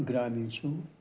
ग्रामेषु